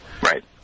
Right